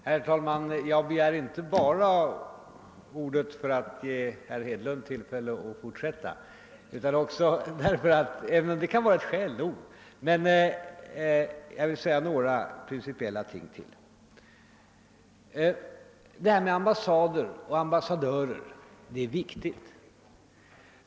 Herr talman! Jag begärde inte ordet enbart för att ge herr Hedlund tillfälle att här återkomma — även om det kan vara skäl nog — utan också därför att jag vill anföra ytterligare några principiella synpunkter. Frågan om skyddet av ambassader och ambassadörer är viktig.